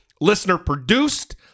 listener-produced